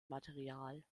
material